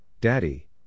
daddy